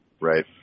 Right